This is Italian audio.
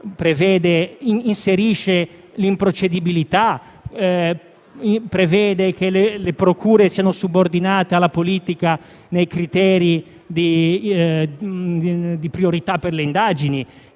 introducendo l'improcedibilità, prevedendo che le procure siano subordinate alla politica nei criteri di priorità per le indagini.